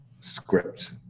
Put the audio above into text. script